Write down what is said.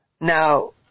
Now